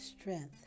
strength